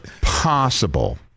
possible